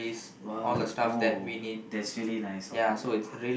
!wow! oh that's really nice of her ya